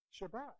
Shabbat